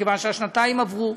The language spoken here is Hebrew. מכיוון שהשנתיים עברו.